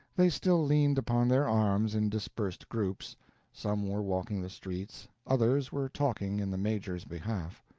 they still leaned upon their arms in dispersed groups some were walking the streets, others were talking in the major's behalf.